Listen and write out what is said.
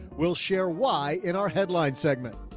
we'll share why in our headline segment.